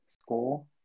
school